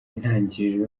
intangiriro